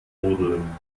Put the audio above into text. rodeln